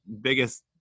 biggest